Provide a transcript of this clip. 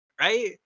Right